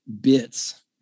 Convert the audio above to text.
bits